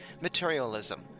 Materialism